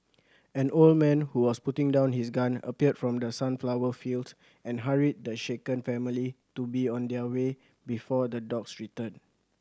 an old man who was putting down his gun appeared from the sunflower fields and hurried the shaken family to be on their way before the dogs return